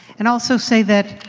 and also say that,